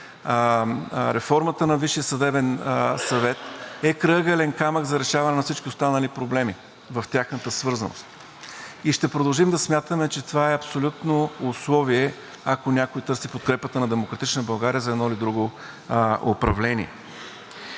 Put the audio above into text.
реформата на Висшия съдебен съвет е крайъгълен камък за решаване на всички останали проблеми в тяхната свързаност и ще продължим да смятаме, че това е абсолютно условие, ако някой търси подкрепата на „Демократична България“ за едно или друго управление.